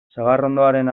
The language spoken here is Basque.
sagarrondoaren